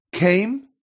Came